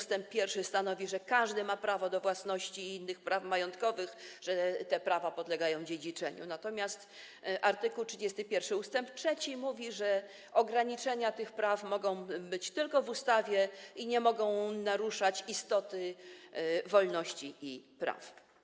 Ust. 1 stanowi, że każdy ma prawo do własności i innych praw majątkowych, że te prawa podlegają dziedziczeniu, natomiast art. 31 ust. 3 mówi, że ograniczenia tych praw mogą być ustanawiane tylko w ustawie i nie mogą naruszać istoty wolności i praw.